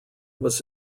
was